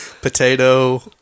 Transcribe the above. Potato